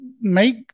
Make